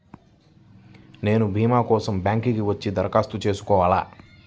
నేను భీమా కోసం బ్యాంక్కి వచ్చి దరఖాస్తు చేసుకోవాలా?